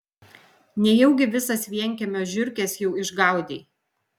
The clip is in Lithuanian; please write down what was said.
nejaugi visas vienkiemio žiurkes jau išgaudei